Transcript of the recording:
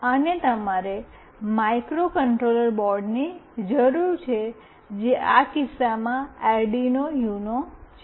અને તમારે માઇક્રોકન્ટ્રોલર બોર્ડની જરૂર છે જે આ કિસ્સામાં અર્ડિનો યુનો છે